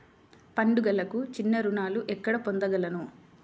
పండుగలకు చిన్న రుణాలు ఎక్కడ పొందగలను?